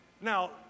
Now